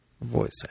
voice